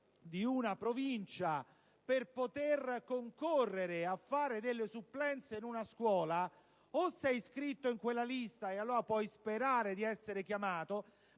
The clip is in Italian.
di una provincia, per poter concorrere a fare delle supplenze in una scuola, o si è iscritti in quella lista, e allora si può sperare di essere chiamati,